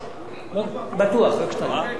בסדר.